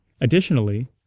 Additionally